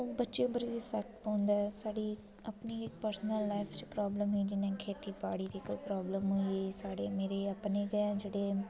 ओह् बच्चें पर बी बड़ा फर्क पौंदा ऐ साढ़ी अपनी इक पर्सनल लाईफ च प्राॅब्लम होई जि'यां खेती बाड़ी दी कोई प्राॅब्लम होई जेह्ड़े अपने गै मेरे ताए चाचे न